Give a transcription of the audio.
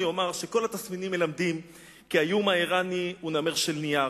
אני אומר שכל התסמינים מלמדים כי האיום האירני הוא נמר של נייר.